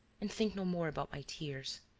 and think no more about my tears.